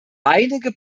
einige